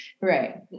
right